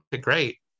great